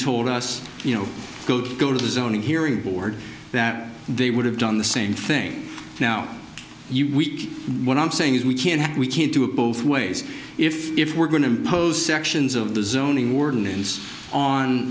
told us you know go to the zoning hearing board that they would have done the same thing now week what i'm saying is we can't we can't do it both ways if if we're going to impose sections of